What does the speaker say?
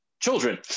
children